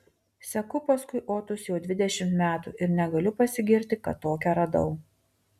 seku paskui otus jau dvidešimt metų ir negaliu pasigirti kad tokią radau